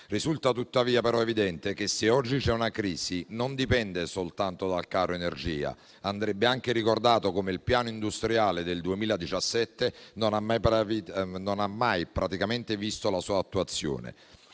Risulta tuttavia però evidente che, se oggi c'è una crisi, questa non dipende soltanto dal caro energia. Andrebbe anche ricordato come il piano industriale del 2017 non ha mai praticamente visto la sua attuazione.